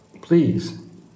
please